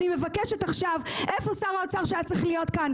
אני מבקשת עכשיו איפה שר האוצר שהיה צריך להיות כאן?